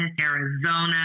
Arizona